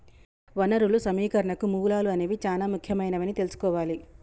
వనరులు సమీకరణకు మూలాలు అనేవి చానా ముఖ్యమైనవని తెల్సుకోవాలి